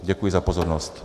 Děkuji za pozornost.